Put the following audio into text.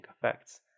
effects